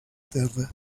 terra